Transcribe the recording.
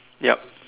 yup